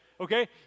okay